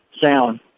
sound